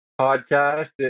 podcast